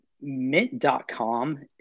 Mint.com